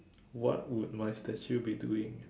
what would my statue be doing